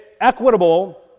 Equitable